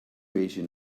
asian